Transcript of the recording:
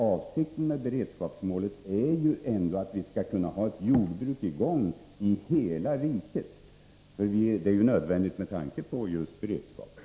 Avsikten med beredskapsmålet är ändå att vi skall kunna ha ett jordbruk i gång i hela riket — detta är nödvändigt med tanke på just beredskapen.